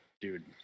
dude